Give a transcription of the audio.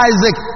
Isaac